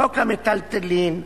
חוק המיטלטלין,